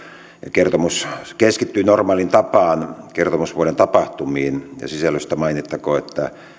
kertomus keskittyy normaaliin tapaan kertomusvuoden tapahtumiin ja sisällöstä mainittakoon että